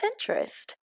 Pinterest